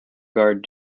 guard